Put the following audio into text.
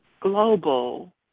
global